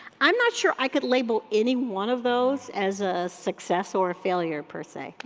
i'm not sure i could label any one of those as a success or a failure per se.